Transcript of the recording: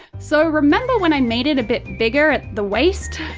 so remember when i made it a bit bigger at the waist?